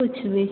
कुछ भी